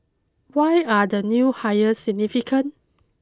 why are the new hires significant